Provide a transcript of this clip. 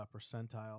percentile